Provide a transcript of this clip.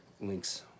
links